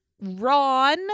Ron